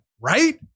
right